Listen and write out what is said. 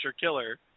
killer